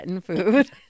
food